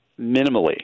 minimally